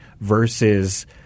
versus